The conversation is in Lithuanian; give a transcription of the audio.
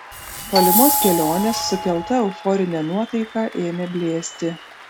tolimos kelionės sukelta euforinė nuotaika ėmė blėsti